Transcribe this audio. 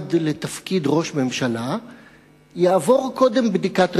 מועמד לתפקיד ראש ממשלה יעבור קודם בדיקת ראייה,